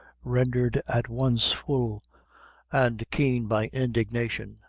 rendered at once full and keen by indignation.